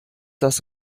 das